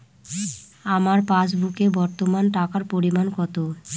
আমার পাসবুকে বর্তমান টাকার পরিমাণ কত?